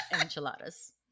Enchiladas